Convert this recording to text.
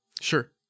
Sure